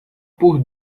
por